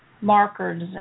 markers